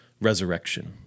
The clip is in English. resurrection